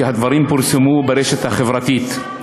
כי הדברים פורסמו ברשת החברתית.